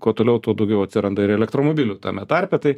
kuo toliau tuo daugiau atsiranda ir elektromobilių tame tarpe tai